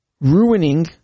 ruining